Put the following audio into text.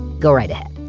go right ahead.